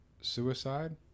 suicide